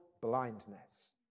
blindness